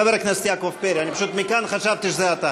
חבר הכנסת יעקב פרי, אני פשוט מכאן חשבתי שזה אתה.